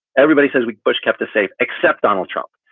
everybody says we bush kept us safe except donald trump.